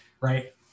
right